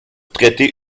traiter